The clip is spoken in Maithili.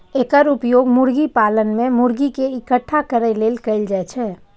एकर उपयोग मुर्गी पालन मे मुर्गी कें इकट्ठा करै लेल कैल जाइ छै